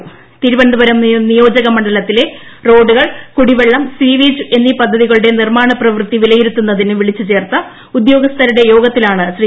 എഠഎൽഎ തിരുവന്തപുരം നിയോജകമണ്ഡലത്തിലെ റോഡുകൾ കുടിവെള്ളം സ്വിവറേജ് എന്നീ പദ്ധതികളുടെ നിർമ്മാണ പ്രവൃത്തി വിലയിരുത്തുന്നതിന് വിളിച്ചുചേർത്ത ഉദ്യോഗസ്ഥരുടെ യോഗത്തിലാണ് ശ്രി